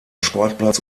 sportplatz